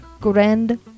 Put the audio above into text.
Grand